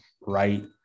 Right